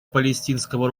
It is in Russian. палестинского